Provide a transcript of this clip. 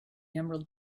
emerald